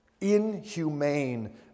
inhumane